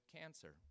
cancer